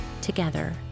together